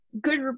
good